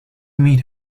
meet